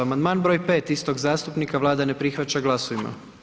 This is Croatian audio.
Amandman br. 5 istog zastupnika, Vlada ne prihvaća, glasujmo.